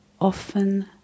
often